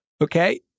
okay